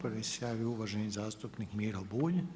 Prvi se javio uvaženi zastupnik Miro Bulj.